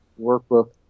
workbook